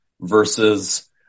versus